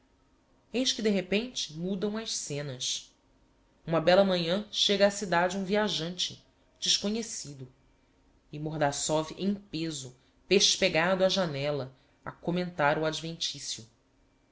eis que de repente mudam as scenas uma bella manhã chega á cidade um viajante desconhecido e mordassov em peso pespegado á janella a commentar o adventicio